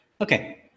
okay